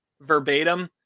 verbatim